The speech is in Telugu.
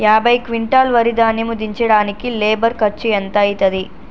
యాభై క్వింటాల్ వరి ధాన్యము దించడానికి లేబర్ ఖర్చు ఎంత అయితది?